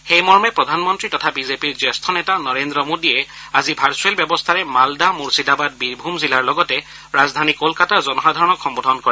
সেই মৰ্মে প্ৰধানমন্ত্ৰী তথা বিজেপিৰ জ্যেষ্ঠ নেতা নৰেন্দ্ৰ মোদীয়ে আজি ভাৰ্ছুৱেল ব্যৱস্থাৰে মালডা মূৰ্ছিদাবাদ বীৰভুম জিলাৰ লগতে ৰাজধানী কোলকাতাৰ জনসাধাৰণক সম্নোধন কৰে